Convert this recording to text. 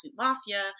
mafia